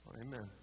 Amen